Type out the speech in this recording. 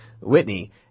Whitney